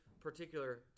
particular